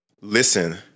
Listen